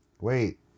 wait